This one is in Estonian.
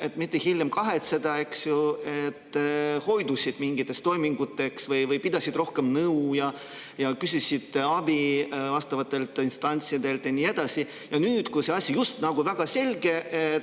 et mitte hiljem kahetseda, pigem hoidus mingitest toimingutest või pidas rohkem nõu ning küsis abi vastavatelt instantsidelt ja nii edasi. Aga nüüd, kui see asi on just nagu väga selge